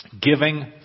giving